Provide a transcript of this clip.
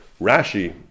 Rashi